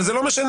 אבל זה לא משנה.